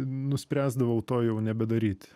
nuspręsdavau to jau nebedaryti